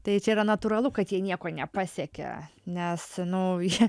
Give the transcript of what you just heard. tai čia yra natūralu kad jie nieko nepasiekė nes nu jie